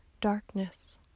darkness